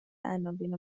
عناوین